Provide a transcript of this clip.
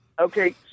Okay